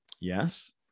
Yes